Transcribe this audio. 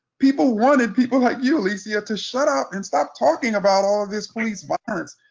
people wanted people like you, alicia, to shut up and stop talking about all of this police violence,